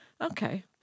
Okay